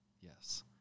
Yes